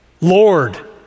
Lord